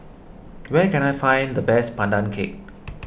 where can I find the best Pandan Cake